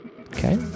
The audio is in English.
Okay